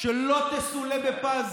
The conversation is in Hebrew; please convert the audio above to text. שלא תסולא בפז,